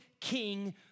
king